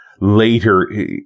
later